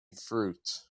fruit